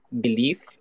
belief